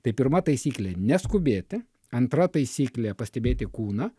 tai pirma taisyklė neskubėti antra taisyklė pastebėti kūną